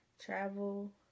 Travel